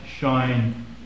shine